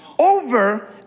over